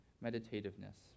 meditativeness